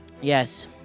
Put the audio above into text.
Yes